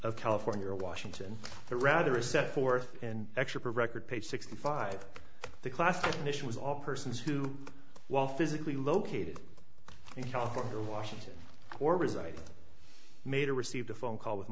of california or washington or rather a set forth and extra per record page sixty five the class of mission was all persons who while physically located in california or washington or reside made a received a phone call with